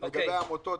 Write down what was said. לגבי העמותות,